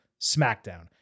SmackDown